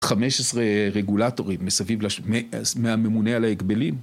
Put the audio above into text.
15 רגולטורים מסביב, מהממונה על ההגבלים.